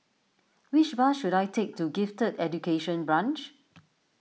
which bus should I take to Gifted Education Branch